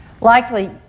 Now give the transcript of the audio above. likely